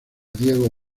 diego